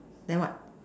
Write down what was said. then what